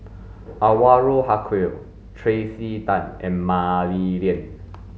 Anwarul Haque Tracey Tan and Mah Li Lian